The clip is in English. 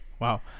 Wow